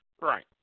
Right